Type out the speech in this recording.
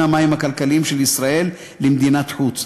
המים הכלכליים של ישראל למדינת חוץ.